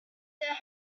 that